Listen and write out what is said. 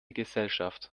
gesellschaft